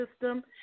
system